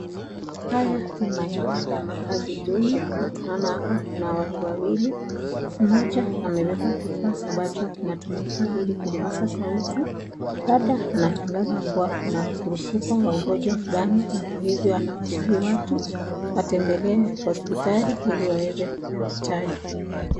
Haya ni maeneo ya makazi duni na tunaona hapa kuna watu wawili. Mmoja amebeba kifaa ambacho kinatumika ili kupaza sauti labda ana tangaza kuwa kuna mkurupuko wa ugonjwa fulani na kwa hivo anawasihi watu watembelee hospitali ili waweze kupewa chanjo.